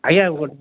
ଆଜ୍ଞା